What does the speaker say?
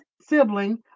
sibling